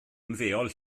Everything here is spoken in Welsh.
ymddeol